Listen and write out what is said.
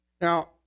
Now